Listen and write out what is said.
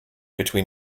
between